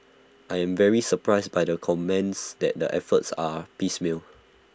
I am very surprised by your comments that the efforts are piecemeal